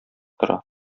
тора